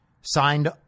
signed